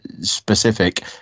specific